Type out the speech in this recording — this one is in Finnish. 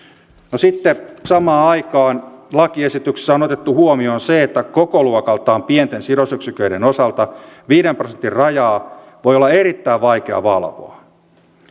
no sitten samaan aikaan lakiesityksessä on otettu huomioon se että kokoluokaltaan pienten sidosyksiköiden osalta viiden prosentin rajaa voi olla erittäin vaikea valvoa